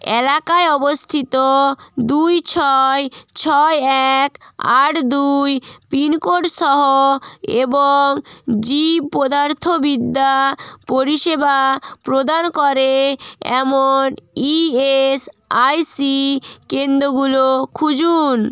এলাকায় অবস্থিত দুই ছয় ছয় এক আট দুই পিনকোডসহ এবং জীবপদার্থবিদ্যা পরিষেবা প্রদান করে এমন ইএসআইসি কেন্দ্রগুলো খুঁজুন